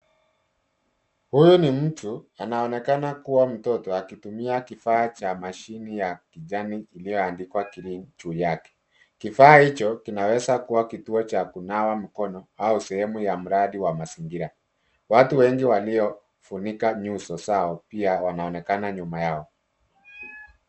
Huyu ni mtu anaonekana kuwa mtoto akitumia kifaa cha mashine ya kijani kilichoandikwa, green, juu yake. Kifaa hicho kinaweza kuwa kituo cha kunawa mikono au sehemu ya mradi wa mazingira. Watu wengi waliofunika nyuso zao pia wanaonekana nyuma yao.